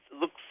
looks